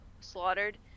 slaughtered